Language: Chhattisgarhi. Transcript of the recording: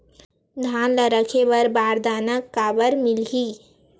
धान ल रखे बर बारदाना काबर मिलही?